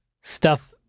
stuff-